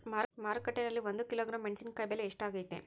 ಮಾರುಕಟ್ಟೆನಲ್ಲಿ ಒಂದು ಕಿಲೋಗ್ರಾಂ ಮೆಣಸಿನಕಾಯಿ ಬೆಲೆ ಎಷ್ಟಾಗೈತೆ?